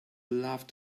love